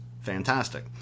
fantastic